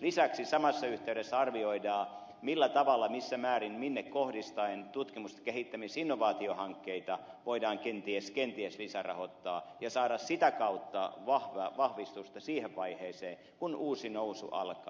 lisäksi samassa yhteydessä arvioidaan millä tavalla missä määrin minne kohdistaen tutkimus kehittämis ja innovaatiohankkeita voidaan kenties lisärahoittaa ja saada sitä kautta vahvistusta siihen vaiheeseen kun uusi nousu alkaa